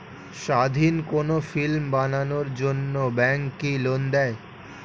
স্বাধীন কোনো ফিল্ম বানানোর জন্য ব্যাঙ্ক কি লোন দেয়?